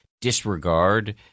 disregard